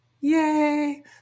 yay